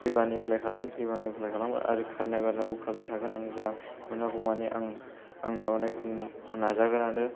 फैबानो एप्लाइ खालामो फैबानो एप्लाइ खालामो आरो खारनाय बारनायखौ खारबाय थागोन आं जा मोनागौमानि आं नाजागोन आरो